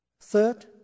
Third